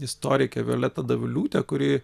istorike violeta daviliūte kuri